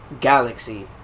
Galaxy